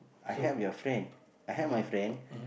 I help your friend I help my friend